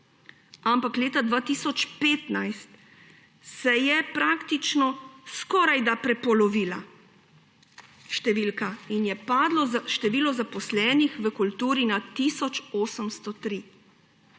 ampak leta 2015 se je praktično skorajda prepolovila številka in je padlo število zaposlenih v kulturi na tisoč